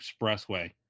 Expressway